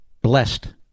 blessed